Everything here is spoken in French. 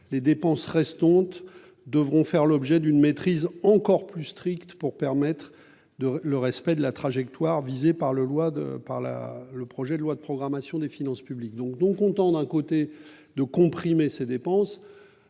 Les dépenses restantes devront donc faire l'objet d'une maîtrise encore plus stricte pour permettre le respect de la trajectoire fixée par le projet de loi de programmation des finances publiques. Or, non contents de comprimer ces dépenses,